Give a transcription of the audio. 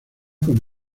con